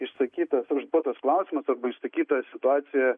išsakytas užduotas klausimas arba išsakyta situacija